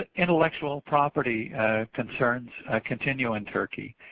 ah intellectual property concerns ah continue in turkey.